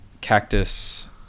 cactus